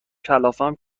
کلافمون